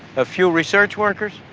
a few research workers,